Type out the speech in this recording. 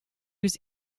was